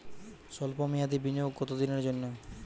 সল্প মেয়াদি বিনিয়োগ কত দিনের জন্য?